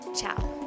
ciao